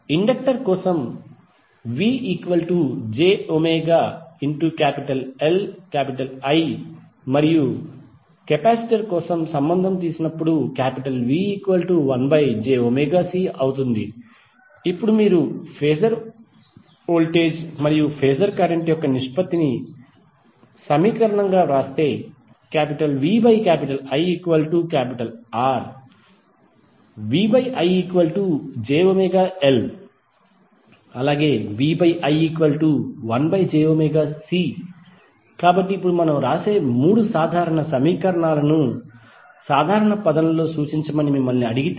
inductor కోసం VjωLI మరియు capacitor కోసం సంబంధం VIjωC ఇప్పుడు మీరు ఫేజర్ వోల్టేజ్ మరియు ఫేజర్ కరెంట్ యొక్క నిష్పత్తి పరంగా సమీకరణాన్ని వ్రాస్తే VIRVIjωLVI1jωC కాబట్టి ఇప్పుడు మనము వ్రాసే మూడు సాధారణ సమీకరణాలను సాధారణ పదంలో సూచించమని మిమ్మల్ని అడిగితే